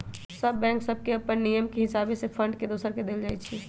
सभ बैंक सभके अप्पन नियम के हिसावे से फंड एक दोसर के देल जाइ छइ